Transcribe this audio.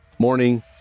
Morning